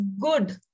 good